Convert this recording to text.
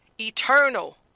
eternal